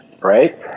right